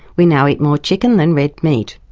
we now eat more chicken than red meat.